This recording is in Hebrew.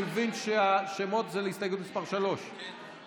אני מבין שהשמות הם להסתייגות מס' 3. כן.